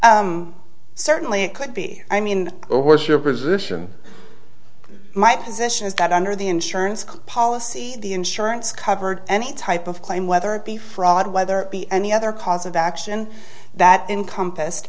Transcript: and certainly it could be i mean what's your position my position is that under the insurance policy the insurance covered any type of claim whether it be fraud whether it be any other cause of action that encompassed